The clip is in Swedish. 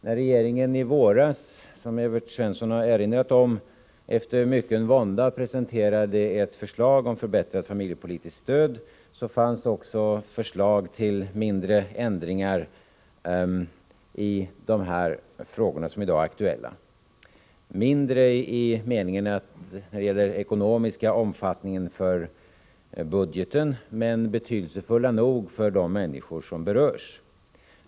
När regeringen i våras, som Evert Svensson har erinrat om, efter mycken vånda presenterade ett förslag om förbättrat familjepolitiskt stöd, fanns också förslag till mindre ändringar i de frågor som i dag är aktuella — mindre med avseende på den ekonomiska omfattningen för budgeten men betydelsefulla nog för de människor som berörs.